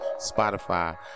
Spotify